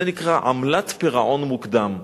זה נקרא "עמלת פירעון מוקדם".